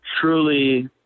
truly